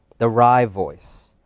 the wry voice,